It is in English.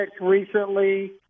recently